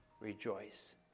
rejoice